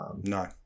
no